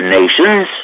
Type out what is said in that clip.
nations